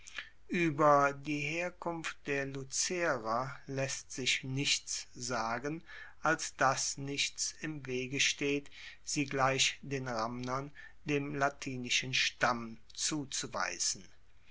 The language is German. ueber die herkunft der lucerer laesst sich nichts sagen als dass nichts im wege steht sie gleich den ramnern dem latinischen stamm zuzuweisen